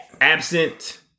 absent